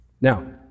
Now